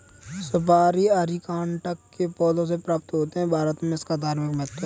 सुपारी अरीकानट के पौधों से प्राप्त होते हैं भारत में इसका धार्मिक महत्व है